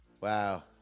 wow